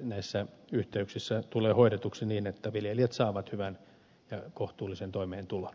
näissä yhteyksissä tulee hoidetuksi niin että viljelijät saavat hyvän ja kohtuullisen toimeentulon